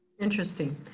interesting